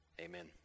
Amen